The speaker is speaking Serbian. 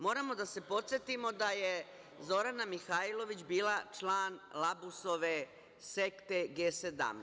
Moramo da se podsetimo da je Zorana Mihajlović bila član Labusove sekte G-17.